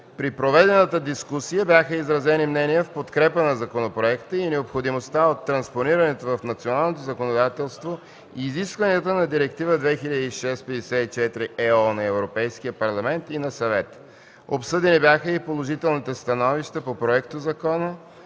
При проведената дискусия бяха изразени мнения в подкрепа на законопроекта и необходимостта от транспонирането в националното законодателство на изискванията на Директива 2006/54/ЕО на Европейския парламент и на Съвета. Обсъдени бяха и положителните становища по проектозакона,